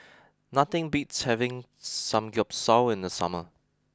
nothing beats having Samgyeopsal in the summer